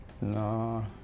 No